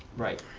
right.